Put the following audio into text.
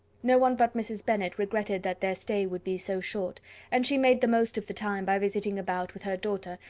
no one but mrs. bennet regretted that their stay would be so short and she made the most of the time by visiting about with her daughter,